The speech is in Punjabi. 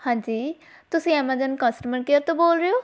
ਹਾਂਜੀ ਤੁਸੀਂ ਐਮਾਜੋਨ ਕਸਟਮਰ ਕੇਅਰ ਤੋਂ ਬੋਲ ਰਹੇ ਹੋ